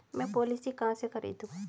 मैं पॉलिसी कहाँ से खरीदूं?